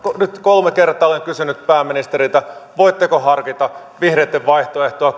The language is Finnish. nyt kolme kertaa olen kysynyt pääministeriltä voitteko harkita vihreitten vaihtoehtoa